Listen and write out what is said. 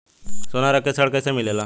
सोना रख के ऋण कैसे मिलेला?